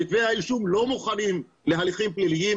כתבי האישום לא מוכנים להליכים פליליים.